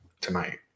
tonight